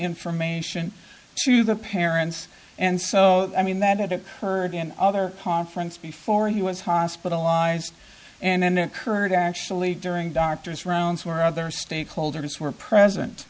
information to the parents and so i mean that occurred in other conference before he was hospitalized and then occurred actually during doctors rounds where other stakeholders were present